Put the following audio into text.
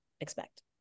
expect